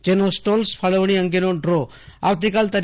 જેનો સ્ટોલ્સ ફાળવણી અંગેનો ડ્રો આવતીકાલે તા